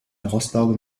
rostlaube